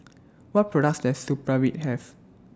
What products Does Supravit Have